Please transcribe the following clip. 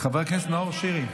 חבר הכנסת נאור שירי.